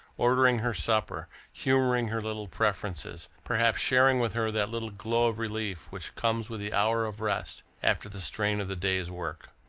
ordering her supper, humouring her little preferences, perhaps sharing with her that little glow of relief which comes with the hour of rest, after the strain of the day's work.